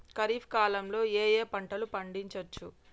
ఖరీఫ్ కాలంలో ఏ ఏ పంటలు పండించచ్చు?